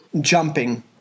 jumping